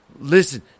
Listen